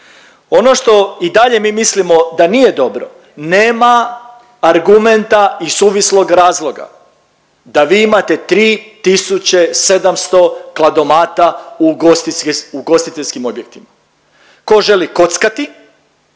Ono što i dalje mi mislimo da nije dobro nema argumenta i suvislog razloga da vi imate 3700 kladomata u ugostiteljskim objektima. Tko želi kockati,